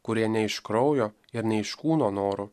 kurie ne iš kraujo ir ne iš kūno norų